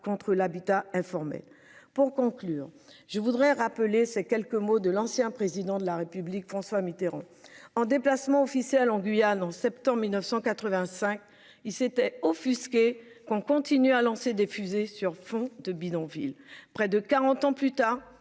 contre l'habitat informel pour conclure, je voudrais rappeler ces quelques mots de l'ancien président de la République François Mitterrand en déplacement officiel en Guyane, en septembre 1985, il s'était offusqué qu'on continue à lancer des fusées sur fond de bidonvilles près de 40 ans plus tard,